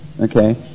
Okay